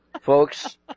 folks